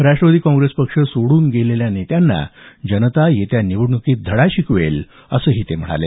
Rashtrawadi Congress पक्ष सोडून गेलेल्या नेत्यांना जनता येत्या निवडणुकीत धडा शिकवेल असंही ते म्हणाले